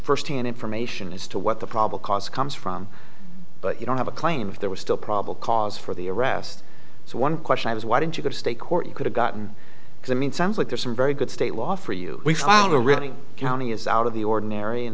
first hand information as to what the problem comes from but you don't have a claim if there was still probable cause for the arrest so one question was why didn't you go to state court you could have gotten because i mean it sounds like there's some very good state law for you we found a really county is out of the ordinary and